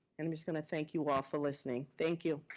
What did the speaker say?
and i'm just gonna thank you all for listening. thank you.